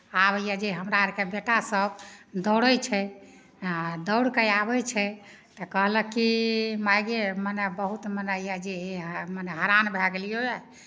आब होइए जे हमरा आरके बेटासभ दौड़ै छै आ दौड़ि कऽ आबै छै तऽ कहलक कि माय गे मने बहुत मोन होइए जे मने हरान भऽ गेलियौए